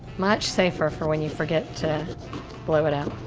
much safer for when you forget to blow it out.